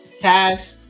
cash